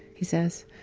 he says.